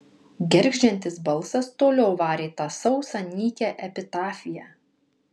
gergždžiantis balsas toliau varė tą sausą nykią epitafiją